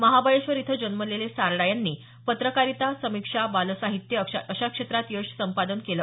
महाबळेश्वर इथं जन्मलेले सारडा यांनी पत्रकारिता समिक्षा बालसाहित्य अशा क्षेत्रात यश संपादन केलं